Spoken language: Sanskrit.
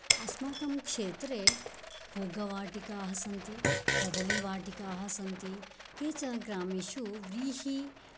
अस्माकं क्षेत्रे फूगवाटिकाः सन्ति कदलीवाटिकाः सन्ति केचन ग्रामेषु व्रीहि